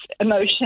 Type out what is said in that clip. emotion